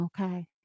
Okay